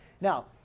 Now